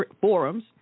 forums